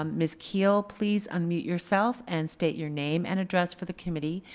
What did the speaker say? um ms kuelhl, please unmute yourself and state your name and address for the committee.